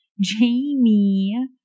Jamie